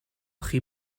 chi